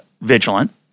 vigilant